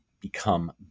become